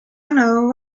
know